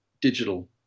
digital